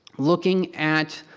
looking at